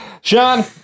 Sean